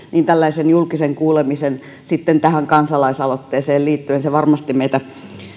tällaisen julkisen kuulemisen sitten tähän kansalaisaloitteeseen liittyen se varmasti meitä